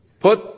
Put